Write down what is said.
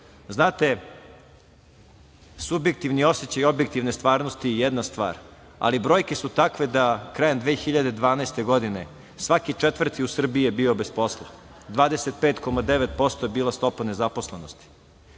Znate, subjektivni osećaj objektivne stvarnosti je jedna stvar, ali brojke su takve da krajem 2012. godine svaki četvrti u Srbiji je bio bez posla, 25,9% je bila stopa nezaposlenosti.